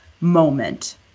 moment